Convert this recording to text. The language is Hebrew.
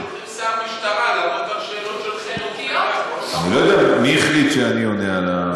ששולחים שר משטרה לענות על שאלות מי החליט שאני עונה על,